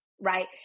right